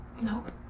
Nope